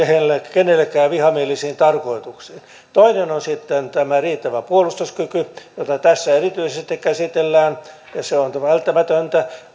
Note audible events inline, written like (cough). kenellekään vihamielisiin tarkoituksiin toinen on sitten tämä riittävä puolustuskyky jota tässä erityisesti käsitellään se on välttämätöntä (unintelligible)